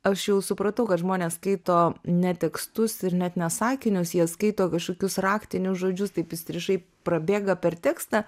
aš jau supratau kad žmonės skaito ne tekstus ir net ne sakinius jie skaito kažkokius raktinius žodžius taip įstrižai prabėga per tekstą